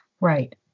Right